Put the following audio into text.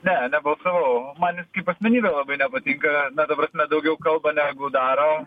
ne nebalsavau man jis kaip asmenybė labai nepatinka na ta prasme daugiau kalba negu daro